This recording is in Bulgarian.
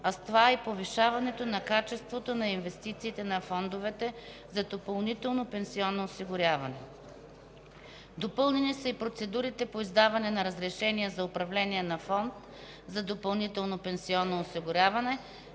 а с това и повишаване на качеството на инвестициите на фондовете за допълнително пенсионно осигуряване. Допълнени са и процедурите по издаване на разрешение за управление на фонд за допълнително пенсионно осигуряване,